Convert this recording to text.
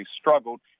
struggled